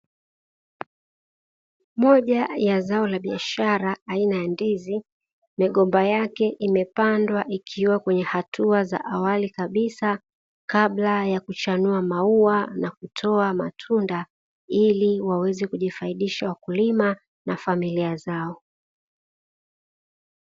Moja ya zao la biashara aina ya ndizi, migomba yake imepandwa ikiwa kwenye hatua za awali kabisa kabla ya kuchanua maua na kutoa matunda ili waweze kujifaidisha wakulima na familia zao.